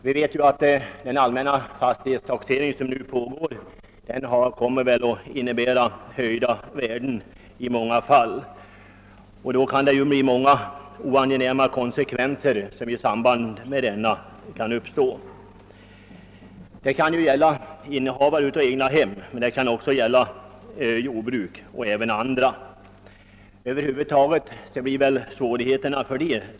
Vi vet att den allmänna fastighetstaxering som pågår i många fall kommer att innebära att fastighetsvärdena höjs, med kanske mindre angenäma konsekvenser för en del egnahemsägare, jordbrukare och andra fastighetsägare.